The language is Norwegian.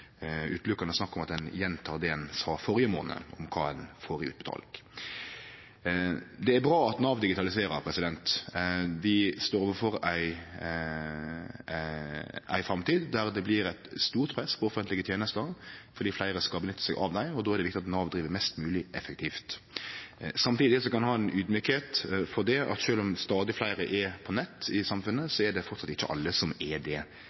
snakk om at ein gjentar det ein sa førre månad om kva ein får utbetalt. Det er bra at Nav digitaliserer. Vi står overfor ei framtid der det blir eit stort press på offentlege tenester fordi fleire skal nytte seg av dei, og då er det viktig at Nav driv mest mogleg effektivt. Samtidig kan ein ha audmjukskap for det at sjølv om stadig fleire i samfunnet er på nett, er det enno ikkje alle som er det,